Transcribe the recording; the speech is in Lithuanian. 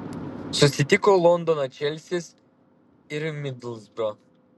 susitiko londono čelsis ir midlsbro